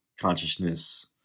consciousness